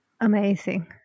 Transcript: amazing